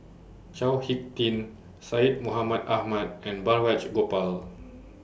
Chao Hick Tin Syed Mohamed Ahmed and Balraj Gopal